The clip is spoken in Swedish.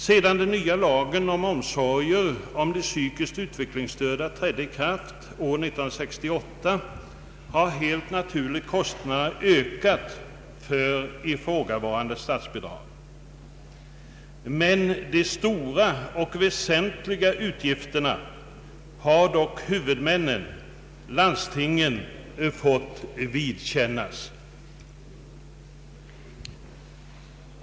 Sedan den nya lagen angående omsorger om de psykiskt utvecklingsstörda trädde i kraft år 1968 har helt naturligt kostnaderna för ifrågavarande statsbidrag ökat. De väsentliga utgiftsökningarna har dock huvudmännen — landstingen — fått vidkännas.